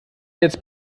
jetzt